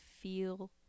feel